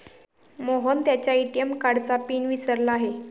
मोहन त्याच्या ए.टी.एम कार्डचा पिन विसरला आहे